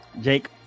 Jake